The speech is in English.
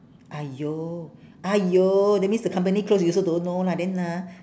!aiyo! !aiyo! that means the company close you also don't know lah then ah